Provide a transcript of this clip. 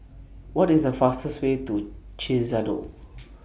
What IS The fastest Way to Chisinau